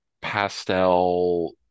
pastel